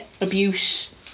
abuse